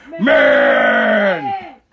man